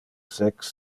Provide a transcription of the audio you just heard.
sex